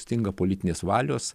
stinga politinės valios